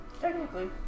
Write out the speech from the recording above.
Technically